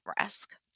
risk